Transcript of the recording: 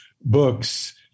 books